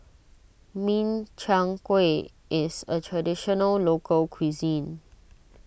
Min Chiang Kueh is a Traditional Local Cuisine